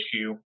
issue